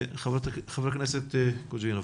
ח"כ קוז'ינוב.